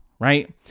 Right